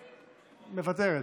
מוותרת,